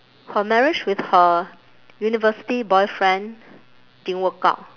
her marriage with her university boyfriend didn't work out